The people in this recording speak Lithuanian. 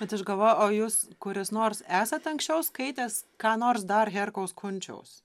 bet aš galvoju o jūs kuris nors esat anksčiau skaitęs ką nors dar herkaus kunčiaus